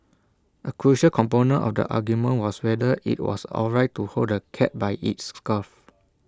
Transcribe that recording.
A crucial component of the argument was whether IT was alright to hold the cat by its scruff